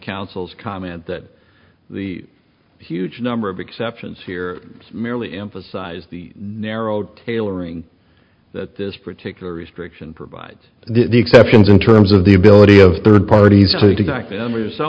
counsel's comment that the huge number of exceptions here merely emphasize the narrow tailoring that this particular restriction provides the exceptions in terms of the ability of third parties so